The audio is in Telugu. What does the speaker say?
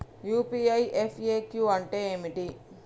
యూ.పీ.ఐ ఎఫ్.ఎ.క్యూ అంటే ఏమిటి?